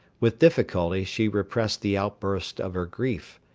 with difficulty she repressed the outburst of her grief,